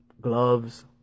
gloves